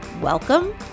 Welcome